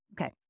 Okay